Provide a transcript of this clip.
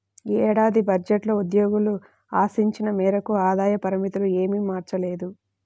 ఈ ఏడాది బడ్జెట్లో ఉద్యోగులు ఆశించిన మేరకు ఆదాయ పరిమితులు ఏమీ మార్చలేదు